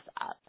up